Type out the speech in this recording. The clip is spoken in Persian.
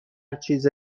چیز